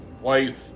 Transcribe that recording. wife